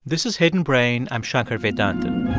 this is hidden brain. i'm shankar vedantam